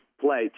play